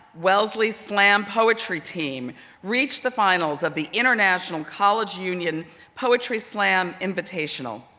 wellesley's slam poetry team reached the finals of the international college union poetry slam invitational.